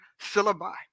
syllabi